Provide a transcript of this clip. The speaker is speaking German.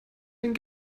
den